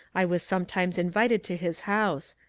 i was sometimes in vited to his house.